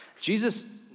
Jesus